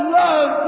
love